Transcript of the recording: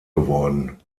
geworden